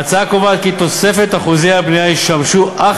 ההצעה קובעת כי תוספת אחוזי הבנייה תשמש אך